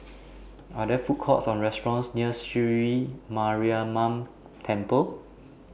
Are There Food Courts Or restaurants near Sri Mariamman Temple